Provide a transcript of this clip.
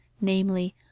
namely